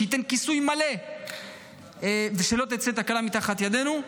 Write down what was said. שייתן כיסוי מלא ושלא תצא תקלה מתחת ידנו?